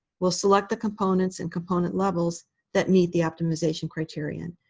we'll select the components and component levels that meet the optimization criterion.